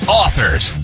authors